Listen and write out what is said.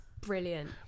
brilliant